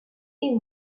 est